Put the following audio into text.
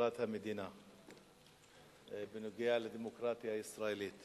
מזכירת המדינה בנוגע לדמוקרטיה הישראלית,